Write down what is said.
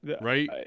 Right